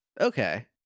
Okay